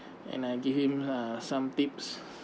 and I give him uh some tips